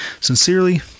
Sincerely